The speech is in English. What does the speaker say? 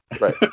right